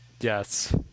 Yes